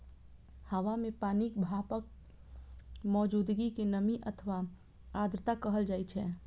हवा मे पानिक भापक मौजूदगी कें नमी अथवा आर्द्रता कहल जाइ छै